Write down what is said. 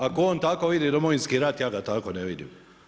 Ako on tako vidi Domovinski rat, ja ga tako ne vidim.